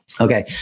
Okay